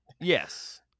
yes